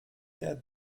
der